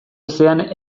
ezean